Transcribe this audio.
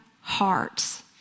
hearts